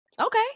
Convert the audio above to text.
okay